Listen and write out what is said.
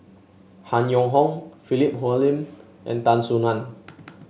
Han Yong Hong Philip Hoalim and Tan Soo Nan